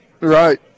Right